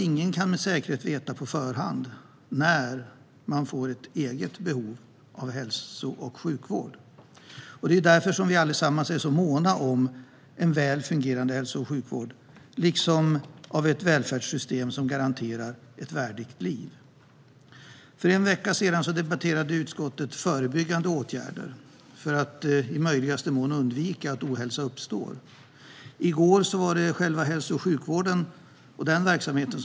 Ingen kan med säkerhet veta på förhand när man kommer att få ett eget behov av hälso och sjukvård. Därför är vi alla måna om att vi ska ha väl fungerande hälso och sjukvård liksom ett välfärdssystem som garanterar ett värdigt liv. För en vecka sedan debatterade utskottet förebyggande åtgärder, hur vi i möjligaste mån ska undvika att ohälsa uppstår. I går debatterade vi själva hälso och sjukvården och den verksamheten.